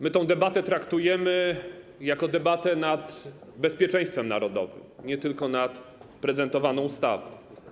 My tę debatę traktujemy jako debatę nad bezpieczeństwem narodowym, nie tylko nad prezentowaną ustawą.